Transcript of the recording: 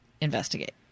investigate